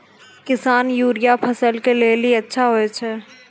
किसान यूरिया फसल के लेली अच्छा होय छै?